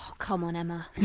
come on emma.